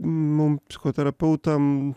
mum psichoterapeutam